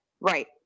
Right